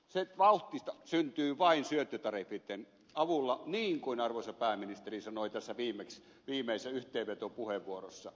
se vauhti syntyy vain syöttötariffien avulla niin kuin arvoisa pääministeri sanoi tässä viimeisessä yhteenvetopuheenvuorossaan